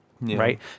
Right